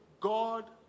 God